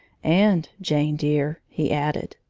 and, jane dear, he added,